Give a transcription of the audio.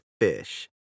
fish